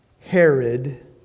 Herod